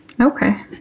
okay